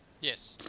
Yes